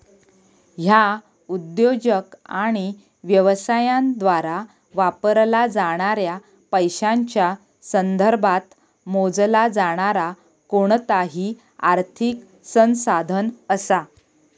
ह्या उद्योजक आणि व्यवसायांद्वारा वापरला जाणाऱ्या पैशांच्या संदर्भात मोजला जाणारा कोणताही आर्थिक संसाधन असा